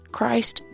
Christ